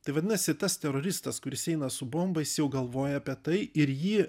tai vadinasi tas teroristas kuris eina su bomba jis jau galvoja apie tai ir jį